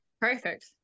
Perfect